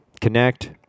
Connect